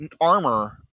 armor